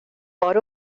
por